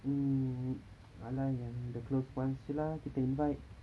mm !alah! yang the close ones jer lah kita invite